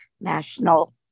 national